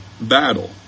battle